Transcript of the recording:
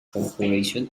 corporation